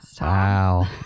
Wow